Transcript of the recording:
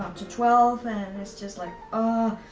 um to twelve, and it's just like, ah